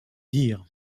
dire